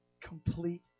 Complete